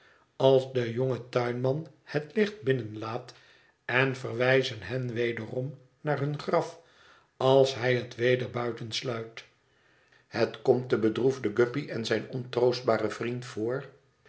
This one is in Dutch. als de jonge tuinman het licht binnenlaat en verwijzen hen wederom naar hun graf als hij het weder buitensluit het komt den bedroefden guppy en zijn ontroostbaren vriend voor